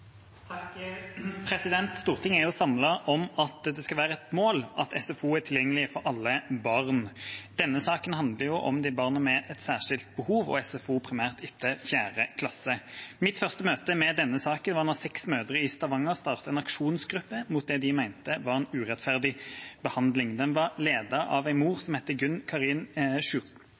om at det skal være et mål at SFO er tilgjengelig for alle barn. Denne saken handler om barn med særskilte behov og SFO primært etter 4. klasse. Mitt første møte med denne saken var da seks mødre i Stavanger startet en aksjonsgruppe mot det de mente var urettferdig behandling. Den var ledet av en mor som het Gunn